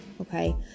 okay